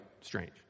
strange